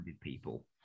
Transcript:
people